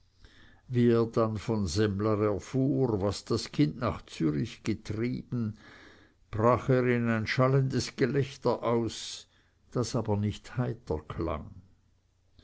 er dann von semmler erfuhr was das kind nach zürich getrieben brach er in ein schallendes gelächter aus das aber nicht heiter klang